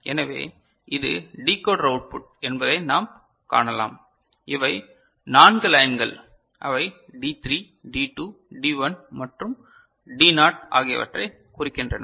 எனவே இது decoder output என்பதை நாம் காணலாம் இவை 4 லைன்கள் அவை டி 3 டி 2 டி 1 மற்றும் டி னாட் ஆகியவற்றைக் குறிக்கின்றன